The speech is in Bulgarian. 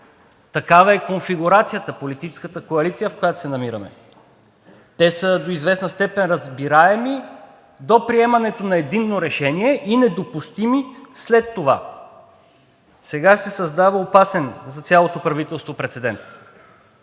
такава е конфигурацията, политическата коалиция, в която се намираме. Те са до известна степен разбираеми до приемането на единно решение и недопустими след това, а сега се създава опасен за цялото правителство прецедент.